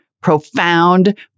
profound